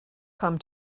come